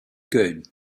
good